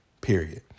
period